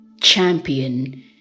Champion